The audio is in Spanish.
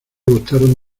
gustaron